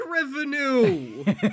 revenue